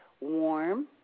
Warm